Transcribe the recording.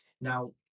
Now